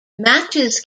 matches